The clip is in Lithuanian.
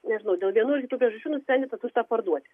nežinau dėl vienų ar kitų priežasčių nusprendė tą turtą parduoti